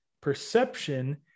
perception